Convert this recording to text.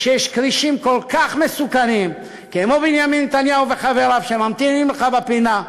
כשיש כרישים כל כך מסוכנים כמו בנימין נתניהו וחבריו שממתינים לך בפינה,